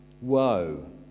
woe